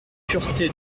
pureté